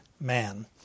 man